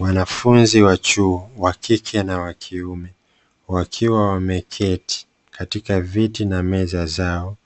Wanafunzi wa chuo, (wa kike na wa kiume), wakiwa wameketi katika viti na meza zao,